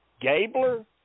Gabler